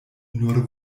nur